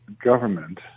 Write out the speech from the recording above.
government